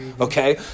Okay